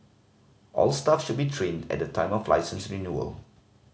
all staff should be trained at the time of licence renewal